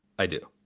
i do.